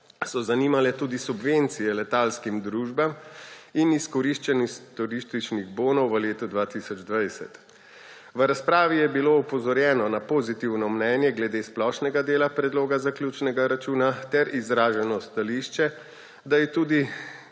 so zanimale tudi subvencije letalskim družbam in izkoriščanju turističnih bonov v letu 2020. V razpravi je bilo opozorjeno na pozitivno mnenje glede splošnega dela predloga zaključnega računa ter izraženo stališče, da je tudi